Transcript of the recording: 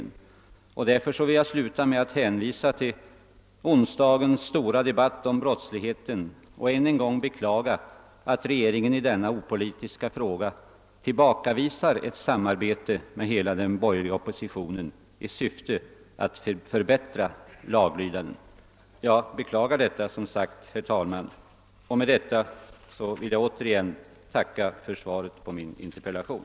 Därför vill jag avsluta mitt anförande med att hänvisa till onsdagens stora debatt om brottsligheten och än en gång beklaga, att regeringen i denna opolitiska fråga tillbakavisar ett samarbete med hela den borgerliga oppositionen i syfte att förbättra laglydnaden. Jag beklagar detta, som sagt, herr talman. Jag tackar återigen för svaret på min interpellation.